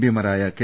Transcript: പിമാരായ K